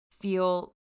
feel